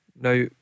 now